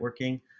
networking